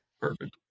Perfect